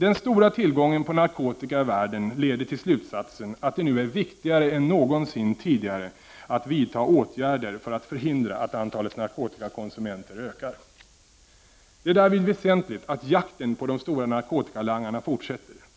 Den stora tillgången på narkotika i världen leder till slutsatsen att det nu är viktigare än någonsin tidigare att vidta åtgärder för att förhindra att antalet narkotikakonsumenter ökar. Det är därvid väsentligt att jakten på de stora narkotikalangarna fortsätter.